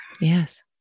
Yes